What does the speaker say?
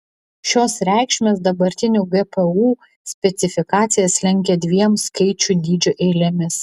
šios reikšmės dabartinių gpu specifikacijas lenkia dviem skaičių dydžio eilėmis